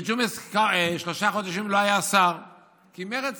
וגו'מס שלושה חודשים לא היה שר כי מרצ